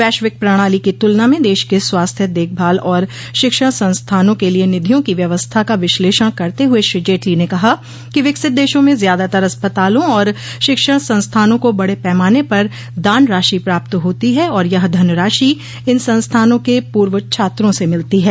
वैश्विक प्रणाली की तुलना में देश के स्वास्थ्य देखभाल और शिक्षण संस्थानों के लिए निधियों की व्यवस्था का विश्लेषण करते हुए श्री जेटली ने कहा कि विकसित देशों में ज्यादातर अस्पतालों और शिक्षण संस्थानों को बड़े पैमाने पर दान राशि प्राप्त होती है और यह धनराशि इन संस्थानों के पूर्व छात्रों से मिलती है